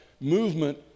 movement